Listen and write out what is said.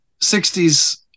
60s